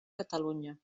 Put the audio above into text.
catalunya